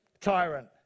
tyrant